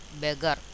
beggar